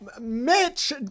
Mitch